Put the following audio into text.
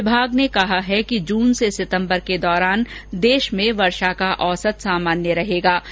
विभाग ने कहा है कि जून से सितम्बर के दौरान देश में वर्षा का औसत सामान्य रहेगा ै